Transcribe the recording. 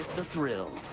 the thrills,